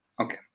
okay